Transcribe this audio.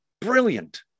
Brilliant